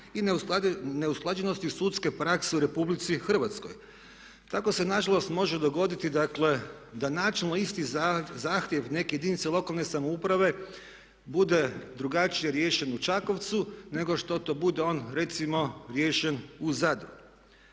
i neusklađenosti sudske prakse u Republici Hrvatskoj. Tako se na žalost može dogoditi, dakle da načelno isti zahtjev neke jedinice lokalne samouprave bude drugačije riješen u Čakovcu nego što to bude on recimo riješen u Zadru.